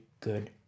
good